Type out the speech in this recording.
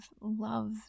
love